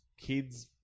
kids